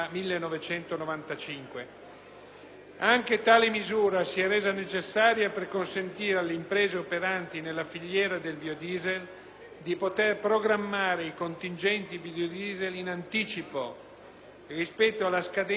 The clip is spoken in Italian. Anche tale misura si è resa necessaria per consentire alle imprese operanti nella filiera del biodiesel di poter programmare i contingenti di biodiesel in anticipo rispetto alla scadenza dell'agevolazione fiscale.